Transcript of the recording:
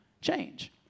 change